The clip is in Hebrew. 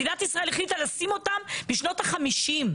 מדינת ישראל החליטה לשים אותם בשנות ה-50'.